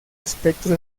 espectro